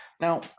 Now